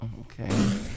Okay